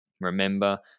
Remember